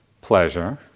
pleasure